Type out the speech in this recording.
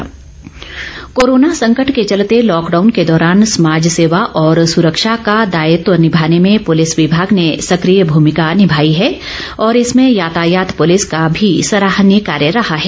Suresh Bhardwaj corona संकट के चलते लॉकडाउन के दौरान समाज सेवा और सुरक्षा का दायित्व निभाने में पुलिस विभाग ने सक्रिय भूमिका निभाई है और इसमें यातायात पुलिस का भी सराहनीय कार्य रहा है